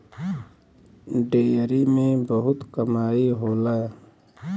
dairy में बहुत कमाई होला